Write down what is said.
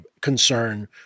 concern